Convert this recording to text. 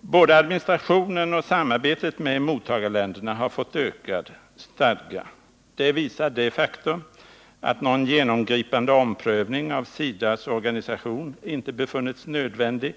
Både administrationen och samarbetet med mottagarländerna har fått ökad stadga. Det visar det faktum att någon genomgripande omprövning av SIDA:s organisation inte befunnits nödvändig,